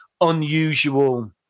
unusual